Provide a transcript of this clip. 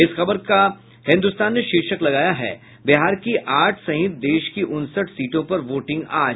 इस खबर का हिन्दुस्तान ने शीर्षक लगाया है बिहार की आठ सहित देश की उनसठ सीटों पर वोटिंग आज